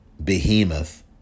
behemoth